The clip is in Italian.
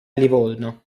livorno